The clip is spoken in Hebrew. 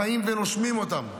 חיים ונושמים אותם.